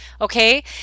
Okay